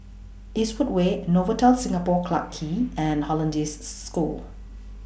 Eastwood Way Novotel Singapore Clarke Quay and Hollandse School